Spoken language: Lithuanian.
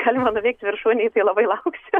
galima nuveikt viršūnėj tai labai lauksiu